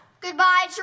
Goodbye